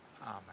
Amen